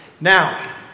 Now